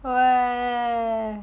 err